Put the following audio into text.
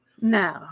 No